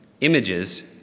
images